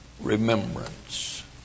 remembrance